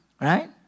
right